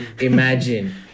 imagine